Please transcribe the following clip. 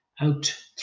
out